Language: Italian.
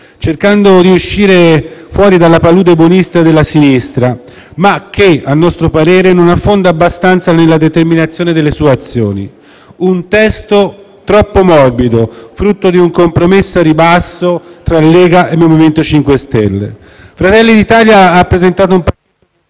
cercando di uscire fuori dalla palude buonista della sinistra, ma che, a nostro parere, non affonda abbastanza nella determinazione delle sue azioni. Un testo troppo morbido, frutto di un compromesso al ribasso tra la Lega e il MoVimento 5 Stelle. Fratelli d'Italia ha presentato un pacchetto